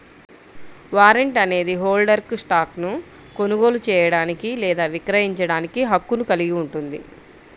warrant అనేది హోల్డర్కు స్టాక్ను కొనుగోలు చేయడానికి లేదా విక్రయించడానికి హక్కును కలిగి ఉంటుంది